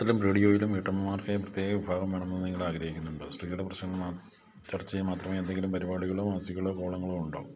പത്രത്തിലും റേഡിയോയിലും വീട്ടമ്മമാർക്കായി പ്രത്യേക വിഭാഗം വേണമെന്ന് നിങ്ങൾ ആഗ്രഹിക്കുന്നുണ്ടോ സ്ത്രീകളുടെ പ്രശ്നങ്ങൾ ചർച്ച ചെയ്യാൻ മാത്രമേ എന്തെങ്കിലും പരിപാടികളോ മാസികകളോ കോളങ്ങളോ ഉണ്ടോ